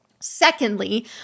Secondly